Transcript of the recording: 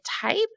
type